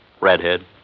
Redhead